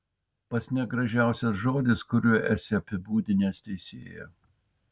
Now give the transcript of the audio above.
pats negražiausias žodis kuriuo esi apibūdinęs teisėją